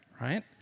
right